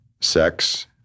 sex